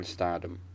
Stardom